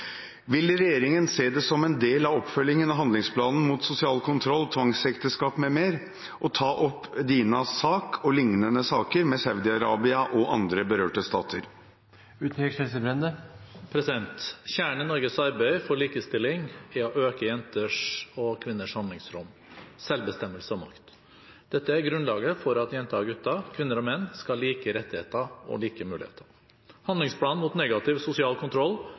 Vil regjeringen se det som en del av oppfølgingen av handlingsplanen mot sosial kontroll, tvangsekteskap m.m. å ta opp Dinas sak og lignende saker med Saudi-Arabia og andre berørte stater?» Kjernen i Norges arbeid for likestilling er å øke jenters og kvinners handlingsrom, selvbestemmelse og makt. Dette er grunnlaget for at jenter og gutter, kvinner og menn skal ha like rettigheter og like muligheter. Handlingsplanen mot negativ sosial kontroll,